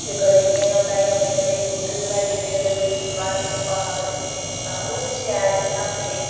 ते कदें इंया गै बनाई ओड़नी कदें न्यूट्री बनाई ओड़नी कदें ओह्दे बिच्च टमाटर निं पाना कदें किश नेईं पाना ओह् इन्ना शैल निं बनांदे हे